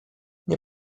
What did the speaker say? nie